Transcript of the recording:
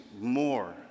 more